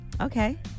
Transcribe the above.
Okay